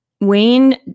Wayne